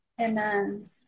Amen